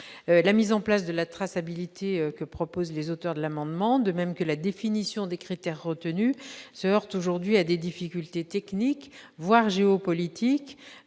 La mise en place de la traçabilité proposée par les auteurs de l'amendement, de même que la définition des critères retenus, se heurte aujourd'hui à des difficultés techniques, voire géopolitiques,